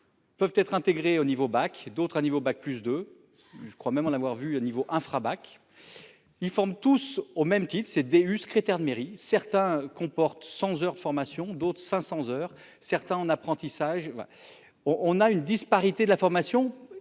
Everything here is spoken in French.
Peuvent être intégrées au niveau bac, d'autres un niveau bac plus deux, je crois même en avoir vu le niveau infra-bac. Ils forment tous au même titre c'est DU secrétaire de mairie, certains comportent 100 heures de formation, d'autres 500 heures certains en apprentissage. On, on a une disparité de la formation.